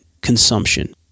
consumption